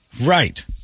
Right